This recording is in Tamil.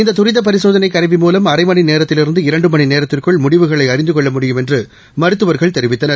இந்த தரித பரிசோதனை கருவி மூலம் அரை மணி நேரத்திலிருந்து இரண்டு மணி நேரத்திற்குள் முடிவுகளை அறிந்து கொள்ள முடியும் என்று மருத்துவர்கள் தெரிவித்தனர்